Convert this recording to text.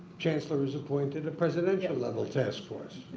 chancellor has appointed a presidential level taskforce.